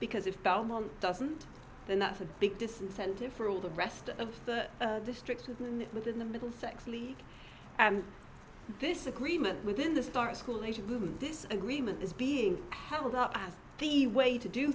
because if belmont doesn't then that's a big disincentive for all the rest of the districts within the within the middlesex league and this agreement within the star school aged movement this agreement is being held up as the way to do